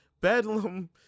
Bedlam